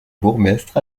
bourgmestre